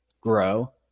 grow